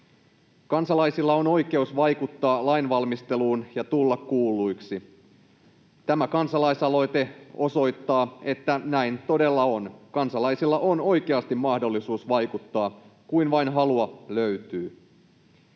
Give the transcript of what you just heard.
Kansalaisilla on oikeus vaikuttaa lainvalmisteluun ja tulla kuulluiksi. Tämä kansalais-aloite osoittaa, että näin todella on. Kansalaisilla on oikeasti mahdollisuus vaikuttaa, kun vain halua löytyy.